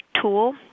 tool